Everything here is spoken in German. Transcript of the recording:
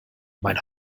mein